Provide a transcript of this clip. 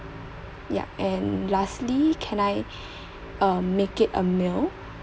yup and lastly can I uh make it a meal